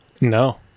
No